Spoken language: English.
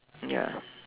ya